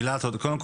יהיו פה